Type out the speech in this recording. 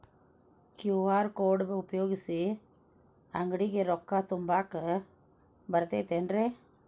QR code ಉಪಯೋಗಿಸಿ, ಅಂಗಡಿಗೆ ರೊಕ್ಕಾ ತುಂಬಾಕ್ ಬರತೈತೇನ್ರೇ?